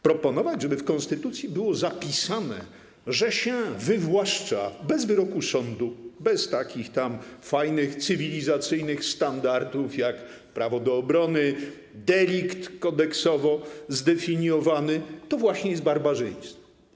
Proponować, żeby w konstytucji było zapisane, że się wywłaszcza bez wyroku sądu, bez takich tam fajnych cywilizacyjnych standardów jak prawo do obrony, delikt kodeksowo zdefiniowany, to właśnie jest barbarzyństwo.